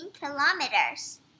kilometers